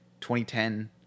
2010